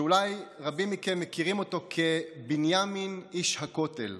שאולי רבים מכם מכירים כ"בנימין איש הכותל".